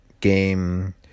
game